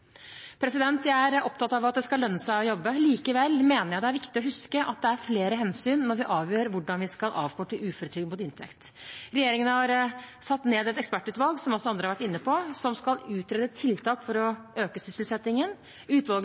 Jeg er opptatt av at det skal lønne seg å jobbe. Likevel mener jeg det er viktig å huske at det er flere hensyn å ta når vi avgjør hvordan vi skal avkorte uføretrygd mot inntekt. Regjeringen har satt ned et ekspertutvalg – som også andre har vært inne på – som skal utrede tiltak for å øke sysselsettingen. Utvalget